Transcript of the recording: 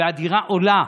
והדירה עולה,